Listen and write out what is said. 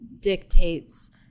dictates